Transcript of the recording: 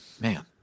Man